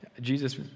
Jesus